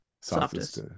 Softest